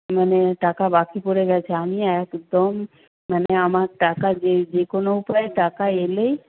মানে টাকা বাকি পড়ে গেছে আমি একদম মানে আমার টাকা যে যে কোনো উপায়ে টাকা এলেই